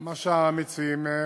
מה שהמציעים רוצים.